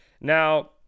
Now